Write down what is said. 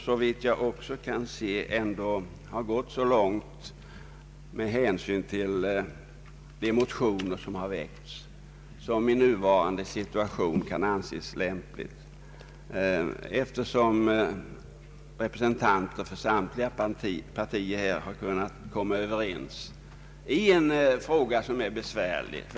Utskottet har ändå tagit sådan hänsyn till väckta motioner som i nuvarande situation kan anses lämpligt. Representanter för samtliga partier har kunnat komma överens i en fråga som är besvärlig.